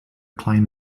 climb